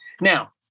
Now